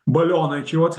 balionai čia jau ats